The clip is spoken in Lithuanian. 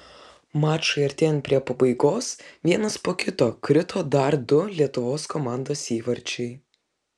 mačui artėjant prie pabaigos vienas po kito krito dar du lietuvos komandos įvarčiai